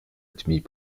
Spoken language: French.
admis